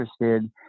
interested